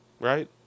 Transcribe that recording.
Right